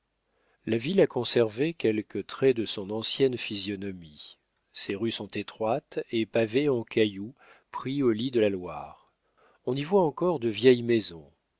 la ville a conservé quelques traits de son ancienne physionomie ses rues sont étroites et pavées en cailloux pris au lit de la loire on y voit encore de vieilles maisons